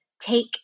take